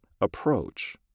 approach